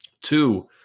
Two